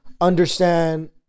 Understand